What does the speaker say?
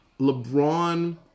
LeBron